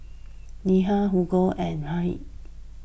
Neha Hugo and Yahir